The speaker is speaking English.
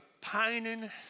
pining